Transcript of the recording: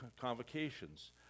convocations